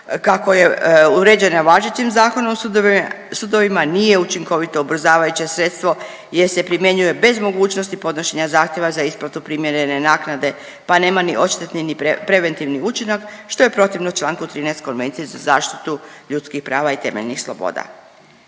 kako je uređena važećim Zakonom o sudovima nije učinkovito ubrzavajuće sredstvo jer se primjenjuje bez mogućnosti podnošenja zahtjeva za isplatu primjerene naknade pa nema ni odštetni, ni preventivni učinak što je protivno Članku 13. Konvencije za zaštitu ljudskih prava i temeljnih sloboda.